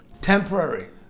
Temporary